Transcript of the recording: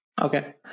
Okay